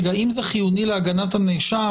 אנחנו נמצאים בדיון נוסף,